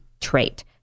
trait